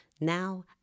Now